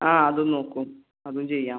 ആ അത് നോക്കും അതും ചെയ്യാം